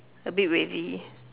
a bit wavy